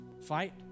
fight